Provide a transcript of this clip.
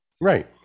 Right